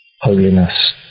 holiness